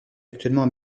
actuellement